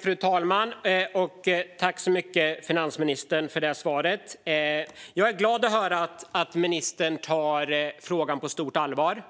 Fru talman! Tack, finansministern, för svaret! Jag är glad att höra att ministern tar frågan på stort allvar,